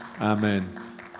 Amen